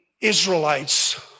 Israelites